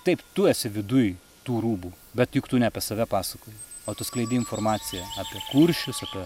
taip tu esi viduj tų rūbų bet juk tu ne apie save pasakoji o tu skleidi informaciją apie kuršius apie